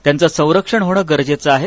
त्याचं संरक्षण होण गरजेच आहे